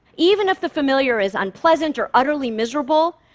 even if the familiar is unpleasant or utterly miserable,